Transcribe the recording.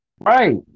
Right